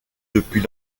depuis